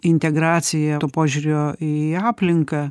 integracija ar požiūrio į aplinką